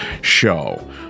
show